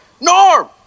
Norm